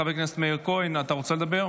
חבר הכנסת מאיר כהן, אתה רוצה לדבר?